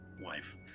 wife